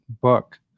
book